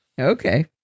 Okay